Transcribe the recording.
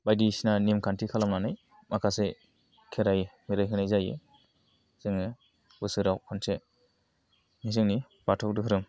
बायदिसिना नेम खान्थि खालामनानै माखासे खेराइ होनाय जायो जोङो बोसोराव खनसे जोंनि बाथौ धोरोम